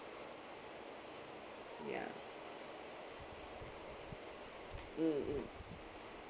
yeah mm mm